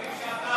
רואים שאתה,